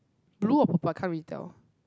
blue or purple can't really tell